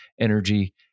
energy